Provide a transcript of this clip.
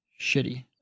shitty